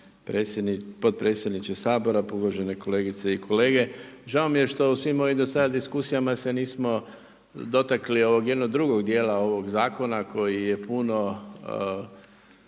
potpredsjedniče Sabora, uvažene kolegice i kolege. Žao mi je što u svim ovim do sad diskusijama se nismo dotakli ovog jednog drugog dijela ovog zakona koji je puno